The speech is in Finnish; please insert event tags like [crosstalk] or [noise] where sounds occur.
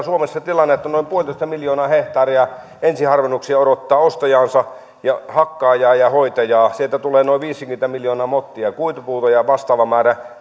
[unintelligible] suomessa tilanne että noin yksi pilkku viisi miljoonaa hehtaaria ensiharvennuksia odottaa ostajaansa ja hakkaajaa ja hoitajaa sieltä tulee noin viisikymmentä miljoonaa mottia kuitupuuta ja vastaava määrä [unintelligible]